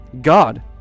God